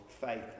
faith